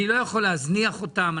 אני לא יכול להזניח אותם.